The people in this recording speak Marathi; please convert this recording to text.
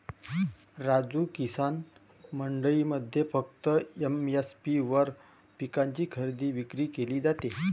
राजू, किसान मंडईमध्ये फक्त एम.एस.पी वर पिकांची खरेदी विक्री केली जाते